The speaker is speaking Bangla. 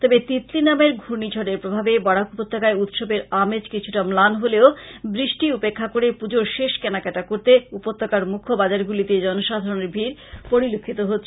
তবে তিতলী নামের ঘূর্নিঝড়ের প্রভাবে বরাক উপত্যকায় উৎসবের আমেজ কিছুটা ম্লান হলেও বৃষ্টি উপেক্ষা করে পূজোর শেষ কেনাকাটা করতে উপত্যকার মূখ্য বাজারগুলিতে জনসাধারনের ভীড় পরিলক্ষিত হচ্ছে